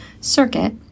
circuit